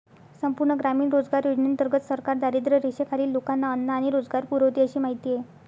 संपूर्ण ग्रामीण रोजगार योजनेंतर्गत सरकार दारिद्र्यरेषेखालील लोकांना अन्न आणि रोजगार पुरवते अशी माहिती आहे